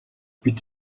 бид